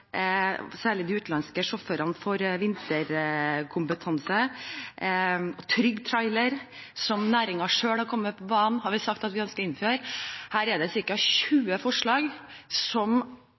Trygg Trailer, som næringen selv har kommet på banen med, har vi sagt at vi ønsker å innføre. – Her er det ca. 20 forslag som